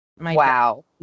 Wow